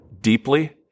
deeply